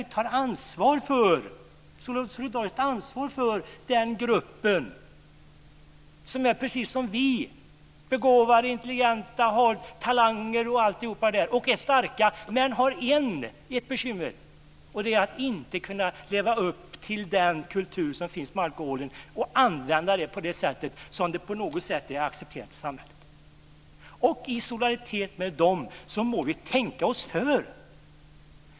Vi tar solidariskt ansvar för den grupp som, precis som vi, är begåvad och intelligent, har talanger och är stark, men som har ett bekymmer, nämligen att inte kunna leva upp till den kultur som finns med alkoholen och använda den på det sätt som är accepterat i samhället. I solidaritet med dem må vi tänka oss för.